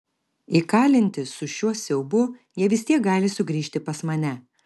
įkalinti su šiuo siaubu jie vis tiek gali sugrįžti pas mane